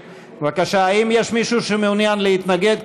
בבקשה, האם יש מישהו שמעוניין להתנגד?